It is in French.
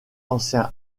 ancien